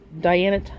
Diana